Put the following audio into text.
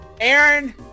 Aaron